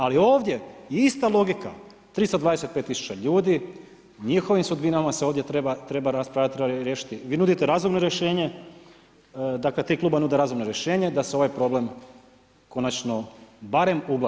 Ali ovdje je ista logika 325 000 ljudi, o njihovim sudbinama se ovdje treba raspravljati, treba riješiti, vi nudite razumno rješenje, dakle 3 kluba nude razumno rješenje da se ovaj problem konačno, barem ublaži.